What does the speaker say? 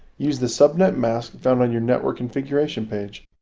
use the subnet mask found on your network configuration page.